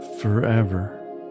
forever